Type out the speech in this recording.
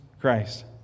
Christ